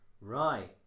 Right